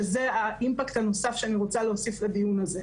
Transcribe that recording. שזה האימפקט הנוסף שאני רוצה להוסיף לדיון הזה.